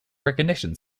recognition